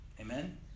Amen